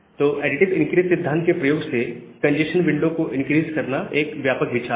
तो additive increase सिद्धांत के प्रयोग से कंजेस्शन विंडो को इनक्रीस करना एक व्यापक विचार है